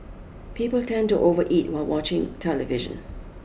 people tend to overeat while watching the television